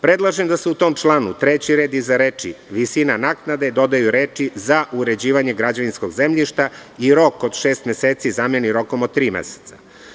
Predlažem da se u tom članu, u trećem redu iza reči: „visina naknade“ dodaju reči: „za uređivanje građevinskog zemljišta“ i rok od šest meseci zameni rokom od tri meseca.